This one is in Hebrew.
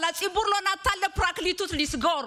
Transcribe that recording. אבל הציבור לא נתן לפרקליטות לסגור.